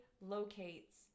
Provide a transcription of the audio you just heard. locates